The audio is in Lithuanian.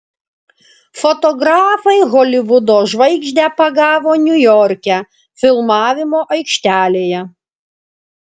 fotografai holivudo žvaigždę pagavo niujorke filmavimo aikštelėje